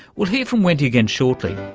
we'll hear from wendy again shortly,